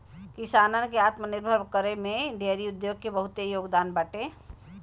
किसानन के आत्मनिर्भर करे में डेयरी उद्योग के बहुते योगदान बाटे